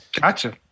Gotcha